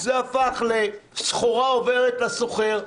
זה הפך לסחורה עוברת לסוחר,